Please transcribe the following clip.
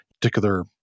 particular